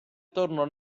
tornò